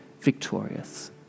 victorious